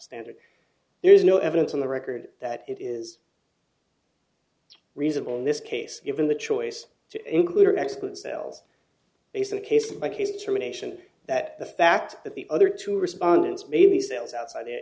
standard there is no evidence on the record that it is reasonable in this case given the choice to include or exclude sales based on a case by case determination that the fact that the other two respondents maybe sales outside